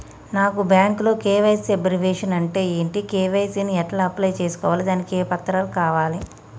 నాకు బ్యాంకులో KYC abbreviation అంటే ఏంటి కే.వై.సీ ని ఎలా అప్లై చేసుకోవాలి దానికి ఏ పత్రాలు కావాలి?